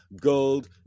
gold